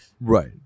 Right